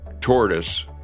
tortoise